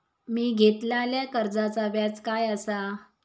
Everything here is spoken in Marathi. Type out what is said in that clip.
मी घेतलाल्या कर्जाचा व्याज काय आसा?